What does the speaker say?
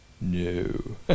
No